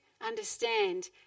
understand